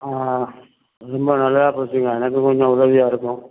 ஆ ரொம்ப நல்லதாக போச்சுங்க எனக்கும் கொஞ்சம் உதவியாக இருக்கும்